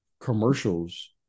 commercials